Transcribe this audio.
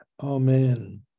amen